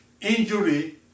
injury